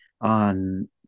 On